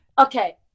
Okay